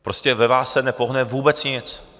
Prostě ve vás se nepohne vůbec nic.